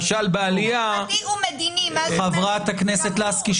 חברתי ומדיני --- חברת הכנסת לסקי,